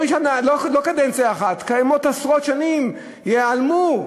לא קדנציה אחת, קיימות עשרות שנים, ייעלמו.